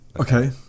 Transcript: okay